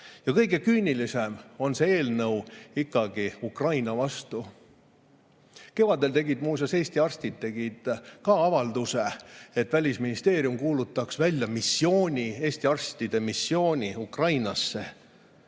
Kõige küünilisem on see eelnõu ikkagi Ukraina vastu. Kevadel tegid muuseas Eesti arstid ka avalduse, et Välisministeerium kuulutaks välja Eesti arstide missiooni Ukrainasse.